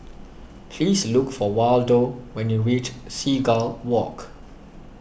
please look for Waldo when you reach Seagull Walk